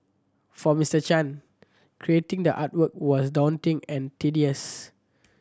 for Mister Chan creating the artwork was daunting and tedious